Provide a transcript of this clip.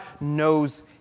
knows